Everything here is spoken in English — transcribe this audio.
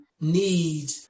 need